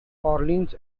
orleans